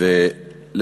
תביא את ההורים.